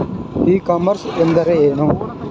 E commerce ಎಂದರೆ ಏನು?